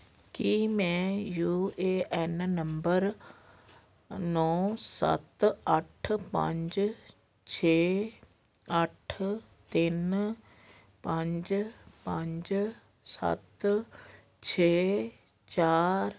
ਕੀ ਮੈਂ U A N number ਨੌ ਸੱਤ ਅੱਠ ਪੰਜ ਛੇ ਅੱਠ ਤਿੰਨ ਪੰਜ ਪੰਜ ਸੱਤ ਛੇ ਚਾਰ